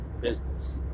business